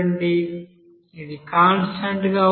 ఇది కాన్స్టాంట్ గా ఉంటుంది